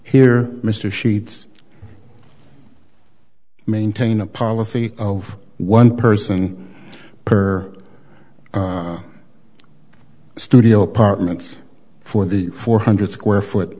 here mr sheets maintain a policy of one person per studio apartments for the four hundred square foot